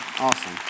Awesome